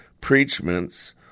preachments